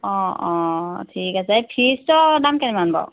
অঁ অঁ ঠিক আছে এই ফিজটো দাম কিমান বাৰু